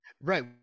right